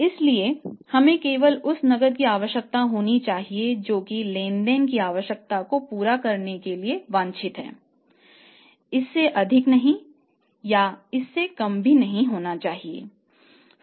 इसलिए हमें केवल उस नकदी की आवश्यकता होनी चाहिए जो कि लेन देन की आवश्यकता को पूरा करने के लिए वांछित है इससे अधिक नहीं और उससे कम भी नहीं